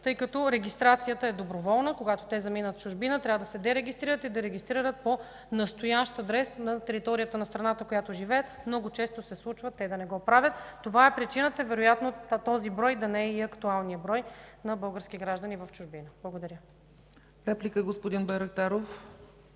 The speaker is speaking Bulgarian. тъй като регистрацията е доброволна. Когато те заминат в чужбина, трябва да се дерегистрират и да се регистрират по настоящ адрес на територията на страната, в която живеят. Много често се случва да не го правят. Това е причината вероятно този брой да не е актуалният брой на български граждани в чужбина. Благодаря. ПРЕДСЕДАТЕЛ ЦЕЦКА